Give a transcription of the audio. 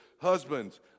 Husbands